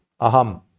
aham